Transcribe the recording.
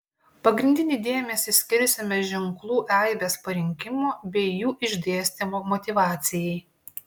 pagrindinį dėmesį skirsime ženklų aibės parinkimo bei jų išdėstymo motyvacijai